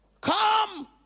Come